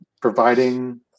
providing